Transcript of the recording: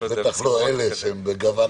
בטח לא אלה, שהם בגוון אפור.